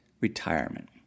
Retirement